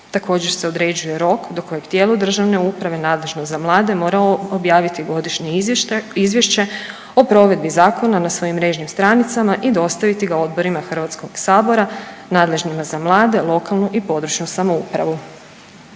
Također se određuje rok do kojeg tijelu državne uprave nadležno za mlade mora objaviti godišnje izvješće o provedbi zakona na svojim mrežnim stranicama i dostaviti ga odborima HS-a nadležnima za mlade, lokalnu i područnu samoupravu.